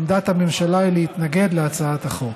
עמדת הממשלה היא להתנגד להצעת החוק.